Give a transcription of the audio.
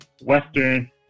Western